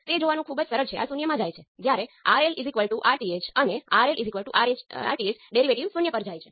બીજા શબ્દોમાં કહીએ તો આ વેક્ટર છે